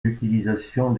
l’utilisation